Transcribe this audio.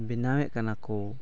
ᱵᱮᱱᱟᱣᱮᱫ ᱠᱟᱱᱟ ᱠᱚ